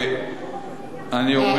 אולי באמת לא להיות,